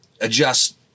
adjust